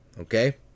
okay